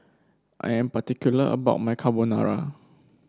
I am particular about my Carbonara